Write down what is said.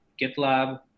GitLab